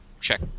Check